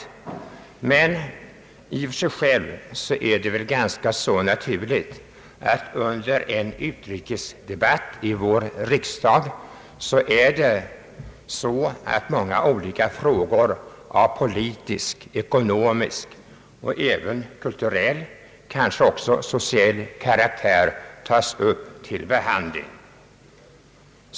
I och för sig är det ganska naturligt att under en utrikesdebatt i vår riksdag många olika frågor av politisk, ekonomisk, kulturell och kanske också social karaktär tas upp till behandling.